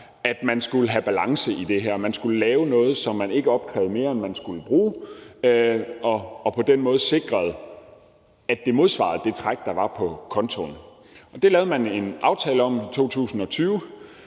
at man skulle have balance i det her. Man skulle lave noget, så man ikke opkrævede mere, end man skulle bruge, så man på den måde sikrede, at det modsvarede det træk, der var på kontoen. Det lavede man en aftale om i 2020,